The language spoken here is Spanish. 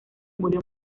murió